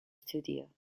studio